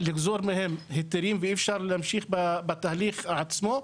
לגזור מהן היתרים ואי אפשר להמשיך בתהליך עצמו.